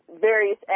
various